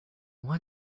why